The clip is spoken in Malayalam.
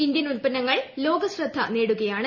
ഇന്ത്യൻ ഉത്പന്നങ്ങൾ ്ലോകശ്രദ്ധ നേടുകയാണ്